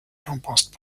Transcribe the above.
compost